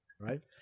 Right